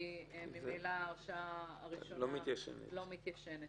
כי ממילא ההרשעה הראשונה לא מתיישנת.